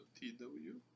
T-W